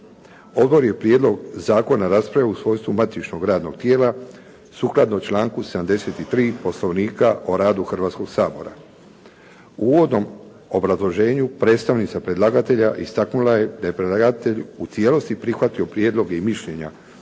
Odbor je prijedlog zakona raspravio u svojstvu matičnog radnog tijela sukladno članku 73. Poslovnika o radu Hrvatskog sabora. U uvodnom obrazloženju predstavnica predlagatelja istaknula je da je predlagatelj u cijelosti prihvatio prijedloge i mišljenja